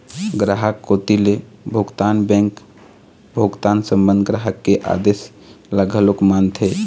गराहक कोती ले भुगतान बेंक भुगतान संबंध ग्राहक के आदेस ल घलोक मानथे